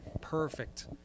perfect